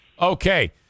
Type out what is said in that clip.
Okay